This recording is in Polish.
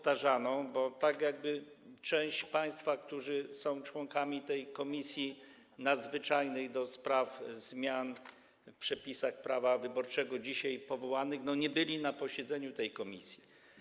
To tak jakby część państwa, którzy są członkami Komisji Nadzwyczajnej do spraw zmian w przepisach prawa wyborczego dzisiaj wprowadzonych, nie była na posiedzeniu tej komisji.